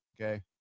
Okay